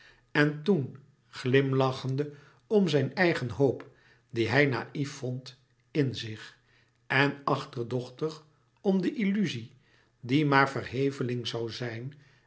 en toen glimlachende om zijn eigen hoop die hij naïef vond in zich en achterdochtig om de illuzie die maar verheveling zoû zijn